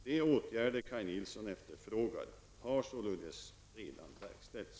De åtgärder Kaj Nilsson efterfrågar har således redan verkställts.